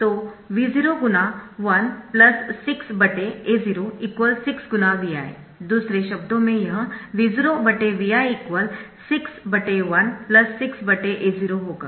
तो V0×16A0 6 × Vi दूसरे शब्दों में यह V0Vi 61 6A0 होगा